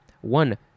One